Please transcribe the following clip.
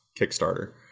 Kickstarter